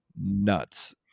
nuts